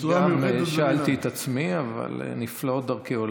גם אני שאלתי את עצמי, אבל נפלאות דרכי עולם.